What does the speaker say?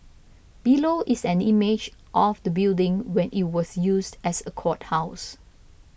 below is an image of the building when it was used as a courthouse